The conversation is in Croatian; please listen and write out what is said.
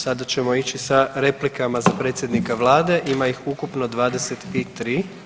Sada ćemo ići sa replikama za predsjednika vlade, ima ih ukupno 23.